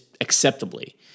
acceptably